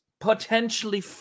potentially